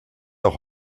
auch